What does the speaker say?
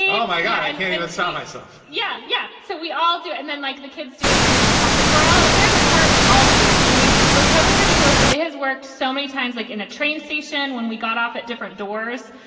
yeah oh my god. i'm hearing the song myself. yeah. yeah. so we all do it and then like the kids do it too. and we all if we're all there in the car, we all do it and we, we look totally ridiculous. but it has worked so many times, like in a train station. when we got off at different doors,